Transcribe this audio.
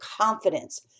confidence